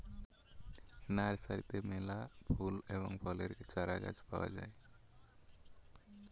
নার্সারিতে মেলা ফুল এবং ফলের চারাগাছ পাওয়া যায়